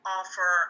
offer